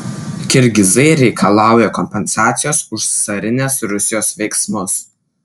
kirgizai reikalauja kompensacijos už carinės rusijos veiksmus